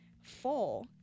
four